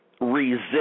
resist